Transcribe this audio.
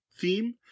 theme